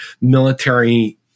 military